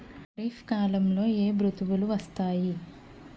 ఖరిఫ్ కాలంలో ఏ ఋతువులు వస్తాయి?